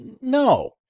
no